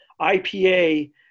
ipa